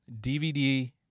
DVD